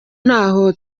ntaho